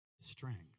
strength